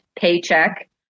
paycheck